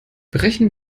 brechen